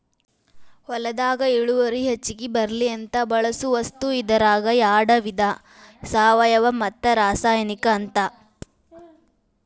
ಹೊಲದಾಗ ಇಳುವರಿ ಹೆಚಗಿ ಬರ್ಲಿ ಅಂತ ಬಳಸು ವಸ್ತು ಇದರಾಗ ಯಾಡ ವಿಧಾ ಸಾವಯುವ ಮತ್ತ ರಾಸಾಯನಿಕ ಅಂತ